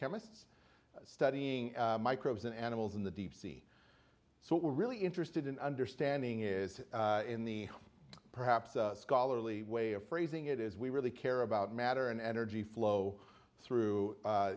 geochemists studying microbes and animals in the deep sea so what we're really interested in understanding is in the perhaps a scholarly way of phrasing it is we really care about matter and energy flow through